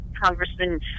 Congressman